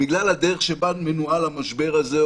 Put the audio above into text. בגלל הדרך שבה מנוהל המשבר הזה,